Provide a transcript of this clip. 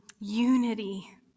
unity